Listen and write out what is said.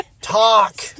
talk